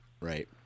Right